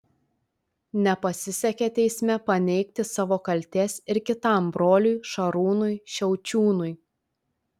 nepasisekė teisme paneigti savo kaltės ir kitam broliui šarūnui šiaučiūnui